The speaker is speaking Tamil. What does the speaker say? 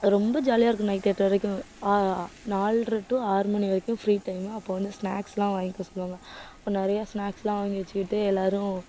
ரொம்ப ஜாலியாக இருக்கும் நைட் எட்ரை வரைக்கும் நால்ரை டு ஆறு மணி வரைக்கும் ஃப்ரீ டைமு அப்போ வந்து ஸ்நாக்ஸ்லாம் வாங்கிக்க சொல்வாங்க நிறையா ஸ்நாக்ஸ்லாம் வாங்கி வச்சுக்கிட்டு எல்லோரும்